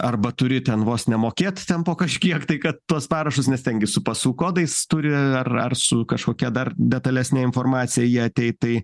arba turi ten vos ne mokėt ten po kažkiek tai kad tuos parašus nes ten gi su pasų kodais turi ar ar su kažkokia dar detalesne informacija jie ateit tai